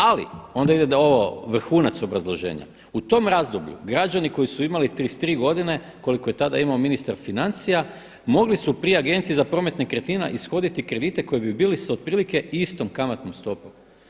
Ali onda ide vrhunac obrazloženja, u tom razdoblju građani koji su imali 33 godine koliko je tada imao ministar financija, mogli su pri Agenciji za promet nekretnina ishoditi kredite koji bi bili sa otprilike istom kamatnom stopom.